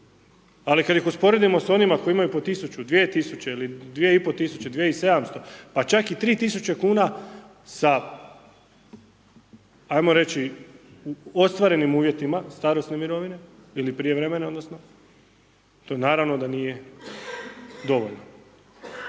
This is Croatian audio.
ali kada ih usporedimo sa onima koji imaju po tisuću, dvije tisuće ili 2,5 tisuće, 2,700, pa čak i 3 tisuće kuna sa ajmo reći ostvarenim uvjetima starosne mirovine ili prijevremene odnosno, to naravno da nije dovoljno.